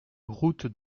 route